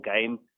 game